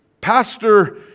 Pastor